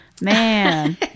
Man